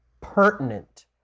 pertinent